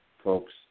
Folks